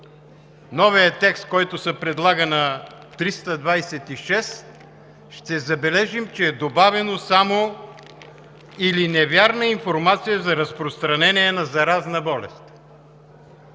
новия текст, който се предлага за чл. 326, ще забележим, че е добавено само „или невярна информация за разпространение на заразна болест“,